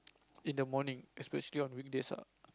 in the morning especially on weekdays ah